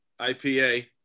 IPA